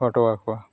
ᱦᱚᱴᱚ ᱟᱠᱚᱣᱟ